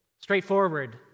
straightforward